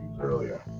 earlier